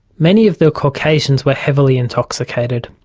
many of the caucasians were heavily intoxicated.